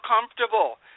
comfortable